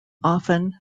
often